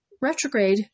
retrograde